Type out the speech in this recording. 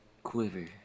Quiver